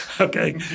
Okay